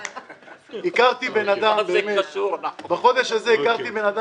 ואני יכול להגיד שהוא היחיד פה מכל השולחן שיודע גם מה זה מסטרינה,